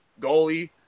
goalie